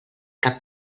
cap